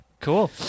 Cool